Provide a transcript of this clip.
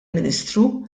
ministru